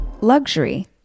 Luxury